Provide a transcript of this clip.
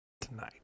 tonight